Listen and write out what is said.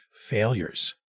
failures